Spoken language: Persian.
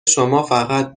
شمافقط